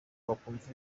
wakumva